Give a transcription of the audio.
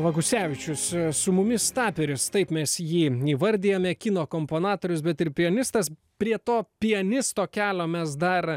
vagusevičius su mumis taperis taip mes jį įvardijame kino komponatorius bet ir pianistas prie to pianisto kelio mes dar